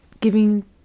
giving